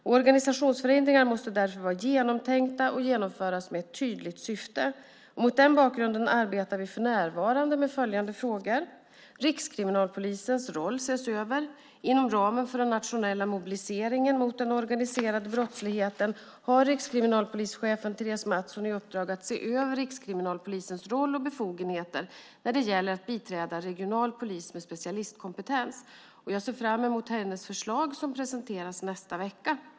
Organisationsförändringar måste därför vara genomtänkta och genomföras med ett tydligt syfte. Mot den bakgrunden arbetar vi för närvarande med följande frågor: Rikskriminalpolisens roll ses över. Inom ramen för den nationella mobiliseringen mot den organiserade brottsligheten har rikskriminalpolischefen Therese Mattsson i uppdrag att se över Rikskriminalpolisens roll och befogenheter när det gäller att biträda regional polis med specialistkompetens. Jag ser fram emot hennes förslag som presenteras nästa vecka.